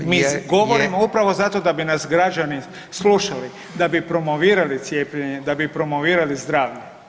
Mi govorimo upravo zato da bi nas građani slušali, da bi promovirali cijepljenje, da bi promovirali zdravlje.